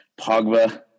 Pogba